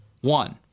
One